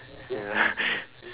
ya